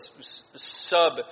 sub